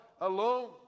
alone